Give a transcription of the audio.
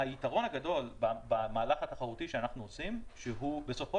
היתרון הגדול במהלך התחרותי שאנחנו עושים שהוא בסופו